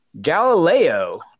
Galileo